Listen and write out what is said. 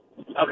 Okay